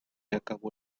acabó